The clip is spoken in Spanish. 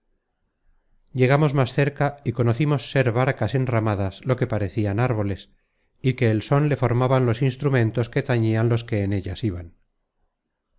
llegamos más cerca y conocimos ser barcas enramadas lo que parecian árboles y que el són le formaban los instrumentos que tanian los que en ellas iban